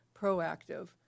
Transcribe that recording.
proactive